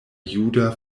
juda